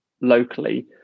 locally